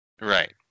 Right